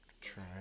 Try